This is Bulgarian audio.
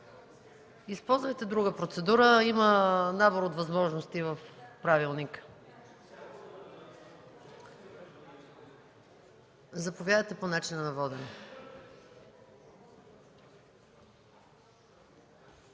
Използвайте друга процедура! Има набор от възможности в правилника. Заповядайте по начина на водене.